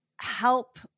help –